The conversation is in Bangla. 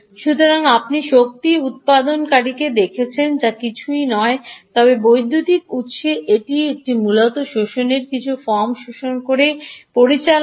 সুতরাং আপনি শক্তি উত্পাদনকারীকে দেখছেন যা কিছুই নয় তবে বৈদ্যুতিক শক্তি উত্সে এটি মূলত শোষণের কিছু ফর্ম শোষণ করে পরিচালনা করে